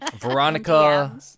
Veronica